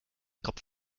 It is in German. kopf